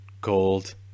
cold